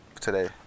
today